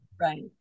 Right